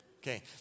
Okay